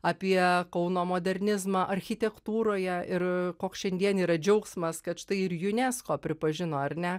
apie kauno modernizmą architektūroje ir koks šiandien yra džiaugsmas kad štai ir unesco pripažino ar ne